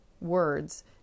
words